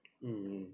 mm